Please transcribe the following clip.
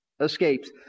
escapes